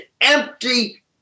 empty